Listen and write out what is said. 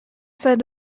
site